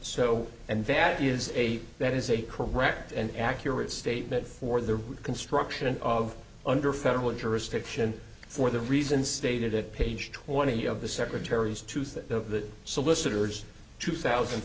so and that is a that is a correct and accurate statement for the construction of under federal jurisdiction for the reason stated at page twenty of the secretary's tooth of the solicitor's two thousand